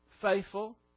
faithful